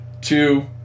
Two